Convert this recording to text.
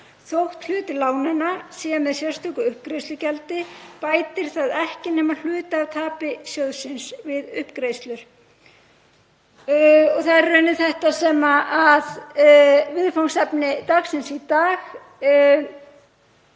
Þótt hluti lánanna sé með sérstöku uppgreiðslugjaldi bætir það ekki nema hluta af tapi sjóðsins við uppgreiðslur.“ Það er í rauninni þetta sem viðfangsefni dagsins í dag